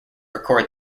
record